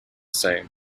same